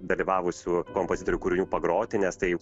dalyvavusių kompozitorių kūrinių pagroti nes tai